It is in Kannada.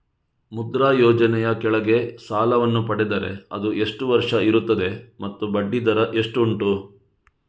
ಮುದ್ರಾ ಯೋಜನೆ ಯ ಕೆಳಗೆ ಸಾಲ ವನ್ನು ಪಡೆದರೆ ಅದು ಎಷ್ಟು ವರುಷ ಇರುತ್ತದೆ ಮತ್ತು ಬಡ್ಡಿ ದರ ಎಷ್ಟು ಉಂಟು?